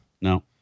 No